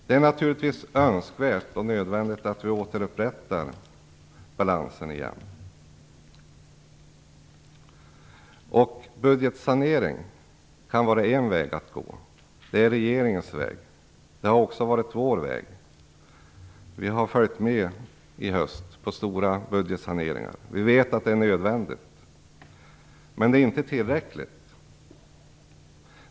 Det är naturligtvis önskvärt och nödvändigt att vi återupprättar balansen. Budgetsanering kan vara en väg att gå. Det är regeringens väg och det har också varit vår väg. Vi har i höst gått med på stora budgetsaneringar. Vi vet att det är nödvändigt, men det är inte tillräckligt.